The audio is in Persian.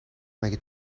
مگه